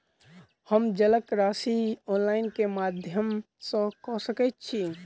हम जलक राशि ऑनलाइन केँ माध्यम सँ कऽ सकैत छी?